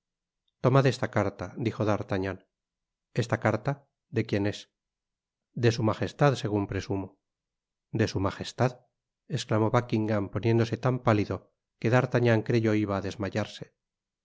tomad esta carta dijo d'artagnan esta carta de quién es de su magestad segun presumo de su magestad esclamó buckingam poniéndose tan pálido que d'artagnan creyó iba á desmayarse